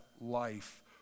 life